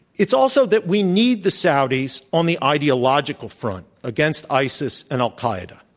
it's also that we need the saudis on the ideological front against isis and al-qaeda.